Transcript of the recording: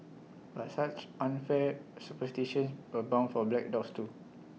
but such unfair superstitions abound for black dogs too